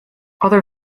other